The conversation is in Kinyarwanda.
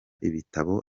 ibitabo